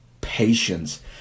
patience